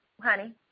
Honey